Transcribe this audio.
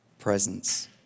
presence